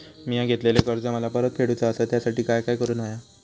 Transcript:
मिया घेतलेले कर्ज मला परत फेडूचा असा त्यासाठी काय काय करून होया?